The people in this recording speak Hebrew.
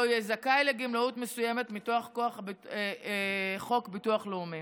לא יהיה זכאי לגמלאות מסוימות מכוח חוק הביטוח הלאומי.